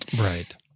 Right